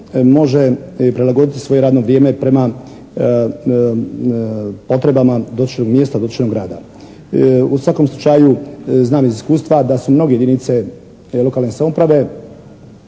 može prilagoditi svoje radno vrijeme prema potrebama dotičnog mjesta, dotičnog grada. U svakom slučaju znam iz iskustva da su mnoge jedinice lokalne samouprave